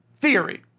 theory